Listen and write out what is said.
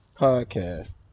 Podcast